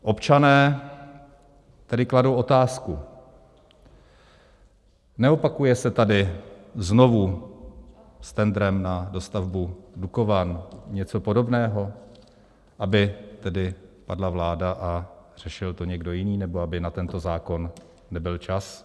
Občané tedy kladou otázku: Neopakuje se tady znovu s tendrem na dostavbu Dukovan něco podobného, aby tedy padla vláda a řešil to někdo jiný, nebo aby na tento zákon nebyl čas?